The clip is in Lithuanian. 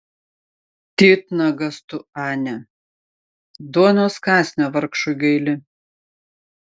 titnagas tu ane duonos kąsnio vargšui gaili